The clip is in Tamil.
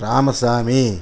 ராமசாமி